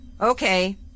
Okay